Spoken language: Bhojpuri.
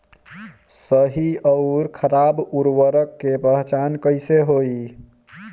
सही अउर खराब उर्बरक के पहचान कैसे होई?